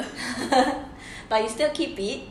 but you still keep it